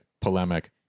polemic